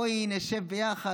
בואי נשב ביחד.